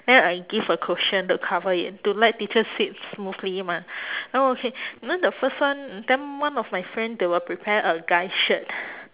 then I give a cushion to cover it to let teacher sit smoothly mah then okay then the first one then one of my friend they will prepare a guy's shirt